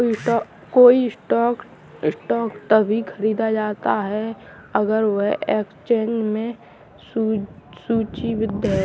कोई स्टॉक तभी खरीदा जाता है अगर वह एक्सचेंज में सूचीबद्ध है